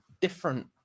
different